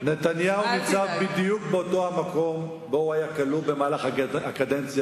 נתניהו ניצב בדיוק באותו שמקום בו הוא היה כלוא במהלך הקדנציה